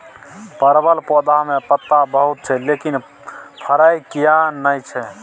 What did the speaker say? परवल पौधा में पत्ता बहुत छै लेकिन फरय किये नय छै?